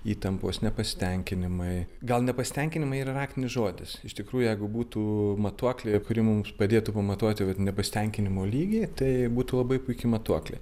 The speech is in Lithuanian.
įtampos nepasitenkinimai gal nepasitenkinimai yra raktinis žodis iš tikrųjų jeigu būtų matuoklė kuri mums padėtų pamatuoti vat nepasitenkinimo lygį tai būtų labai puiki matuoklė